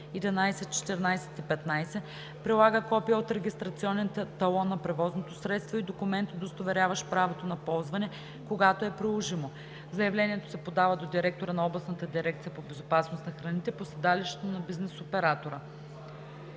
11, 14 и 15, прилага копие от регистрационен талон на превозното средство и документ, удостоверяващ правото на ползване – когато е приложимо. Заявлението се подава до директора на областната дирекция по безопасност на храните по седалището на бизнес оператора.